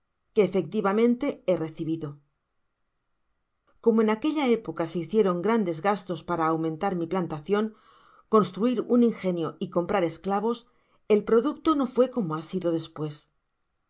que efectivamente he recibido como en aquella época se hicieron grandes gastos para aumentar mi plantacion construir un ingenio y comprar esclavos el producto no fué como ha sido despues no